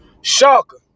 Shocker